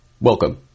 Welcome